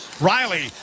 Riley